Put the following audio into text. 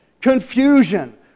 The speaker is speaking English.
confusion